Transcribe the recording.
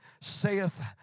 saith